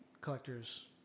collector's